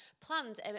plans